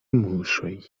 muŝoj